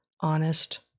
honest